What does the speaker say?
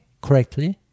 correctly